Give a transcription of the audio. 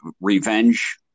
revenge